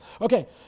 Okay